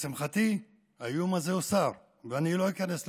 לשמחתי, האיום הזה הוסר, ואני לא איכנס לפרטים.